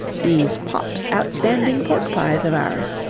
these popp's outstanding pork-pies of ours.